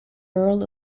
earl